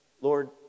Lord